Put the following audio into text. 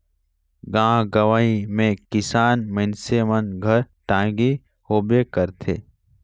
गाँव गंवई मे किसान मइनसे मन घर टागी होबे करथे